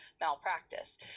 malpractice